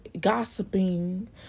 gossiping